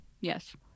Yes